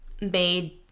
made